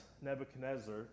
Nebuchadnezzar